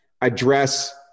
address